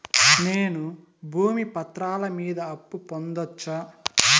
నేను భూమి పత్రాల మీద అప్పు పొందొచ్చా?